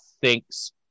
thinks